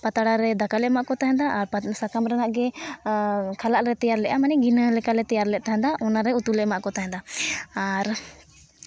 ᱯᱟᱛᱲᱟ ᱨᱮ ᱫᱟᱠᱟ ᱞᱮ ᱮᱢᱟᱫ ᱠᱚ ᱛᱟᱦᱮᱱᱟ ᱟᱨ ᱥᱟᱠᱟᱢ ᱨᱮᱭᱟᱜ ᱜᱮ ᱠᱷᱟᱞᱟᱜ ᱞᱮ ᱛᱮᱭᱟᱨ ᱞᱮᱜᱼᱟ ᱢᱟᱱᱮ ᱜᱤᱱᱟᱹ ᱞᱮᱠᱟᱞᱮ ᱛᱮᱭᱟᱨ ᱞᱮᱫ ᱛᱟᱦᱮᱸᱫᱼᱟ ᱚᱱᱟᱨᱮ ᱩᱛᱩ ᱞᱮ ᱮᱢᱟᱫ ᱠᱚ ᱛᱟᱦᱮᱸᱫᱼᱟ ᱟᱨ